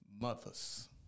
mothers